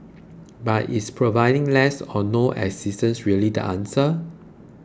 but is providing less or no assistance really the answer